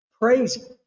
Praise